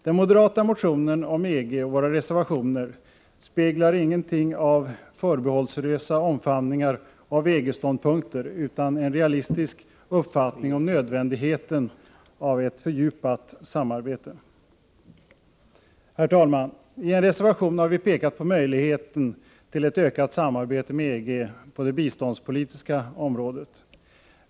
Den moderata motionen om EG och våra reservationer speglar ingenting av förbehållslösa omfamningar av EG-ståndpunkter utan visar en realistisk uppfattning om nödvändigheten av ett fördjupat samarbete. Herr talman! I en reservation har vi pekat på möjligheten till ett ökat samarbete med EG på det biståndspolitiska området.